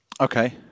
Okay